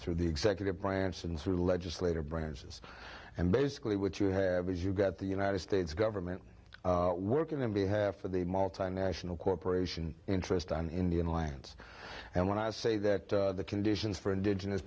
through the executive branch and through the legislative branches and basically what you have is you've got the united states government working on behalf of the multinational corporation interest on indian lands and when i say that the conditions for indigenous